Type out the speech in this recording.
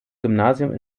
gymnasium